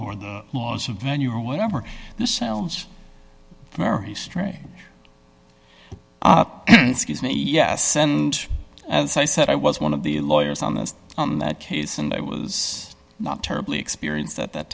or the laws of venue or whatever this sounds very strange excuse me yes and as i said i was one of the lawyers on this on that case and i was not terribly experience that that